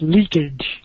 Leakage